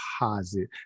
deposit